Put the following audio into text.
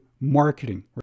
marketing